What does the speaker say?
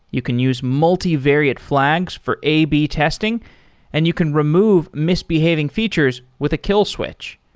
you can use multi-varied flags for a b testing and you can remove misbehaving features with a kill switch.